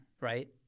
Right